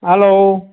hello